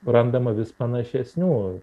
randama vis panašesnių